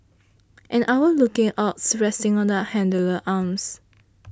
an owl looking awed resting on the handler's arms